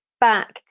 back